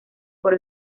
por